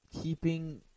keeping